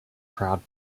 proud